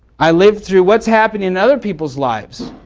i live through what is happening in other people's lives.